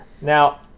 Now